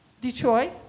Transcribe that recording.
Detroit